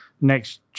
next